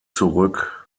zurück